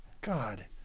God